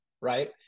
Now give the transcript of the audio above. right